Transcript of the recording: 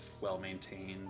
well-maintained